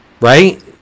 Right